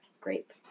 Grape